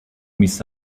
miss